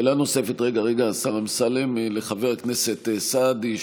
רגע, השר אמסלם, שאלה נוספת, לחבר הכנסת סעדי,